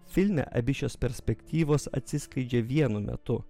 filme abi šios perspektyvos atsiskleidžia vienu metu